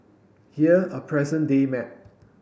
here a present day map